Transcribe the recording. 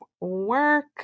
work